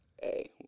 Hey